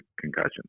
concussion